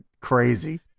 crazy